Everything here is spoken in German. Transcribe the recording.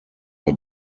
bei